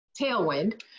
Tailwind